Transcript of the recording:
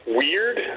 weird